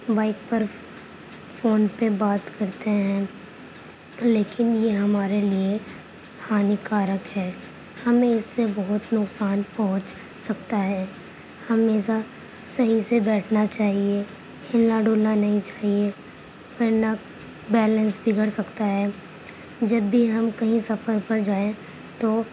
bike پر phone پہ بات کرتے ہیں لیکن یہ ہمارے لیے ہانیکارک ہے ہمیں اس سے بہت نقصان پہنچ سکتا ہے ہمیشہ صحیح سے بیٹھنا چاہیے ہلنا ڈلنا نہیں چاہیے ورنہ بیلنس بگڑ سکتا ہے جب بھی ہم کہیں سفر پر جائیں تو